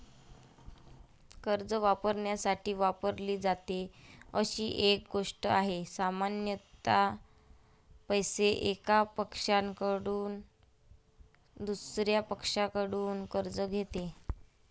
कर्ज वापरण्यासाठी वापरली जाते अशी एक गोष्ट आहे, सामान्यत पैसे, एका पक्षाकडून दुसर्या पक्षाकडून कर्ज घेते